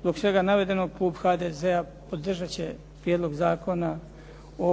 Zbog svega navedenog, klub HDZ-a podržati će Prijedlog zakona o